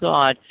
God